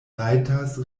rajtas